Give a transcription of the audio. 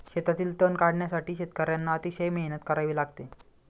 शेतातील तण काढण्यासाठी शेतकर्यांना अतिशय मेहनत करावी लागते